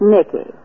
Nicky